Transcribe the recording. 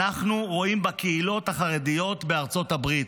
אנחנו רואים בקהילות החרדיות בארצות הברית.